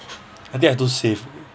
I think I too safe